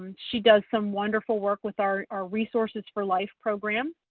um she does some wonderful work with our our resources for life program.